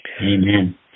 Amen